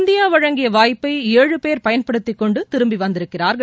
India வழங்கிய வாய்ப்பை ஏழு பேர் பயன்படுத்தி கொண்டு திரும்பி வந்திருக்கிறார்கள்